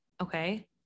okay